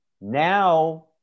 Now